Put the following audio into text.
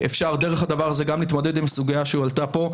אפשר דרך הדבר הזה גם להתמודד עם הסוגיה שהועלתה פה,